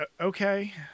okay